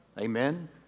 Amen